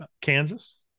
Kansas